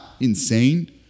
insane